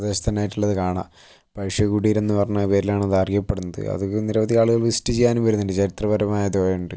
പ്രദേശത്ത് തന്നെ ആയിട്ടുള്ളത് കാണാം പഴശ്ശി കുടീരം എന്ന് പറഞ്ഞാൽ പേരിലാണ് അത് അറിയപ്പെടുന്നത് അതൊക്കെ നിരവധി ആളുകൾ വിസിറ്റ് ചെയ്യാനും വരുന്നുണ്ട് ചരിത്രപരമായത് കൊണ്ട്